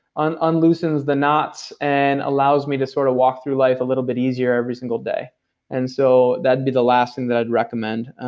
unloosens the knots, and allows me to sort of walk through life a little bit easier every single day and so that'd be the last thing that i'd recommend.